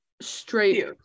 straight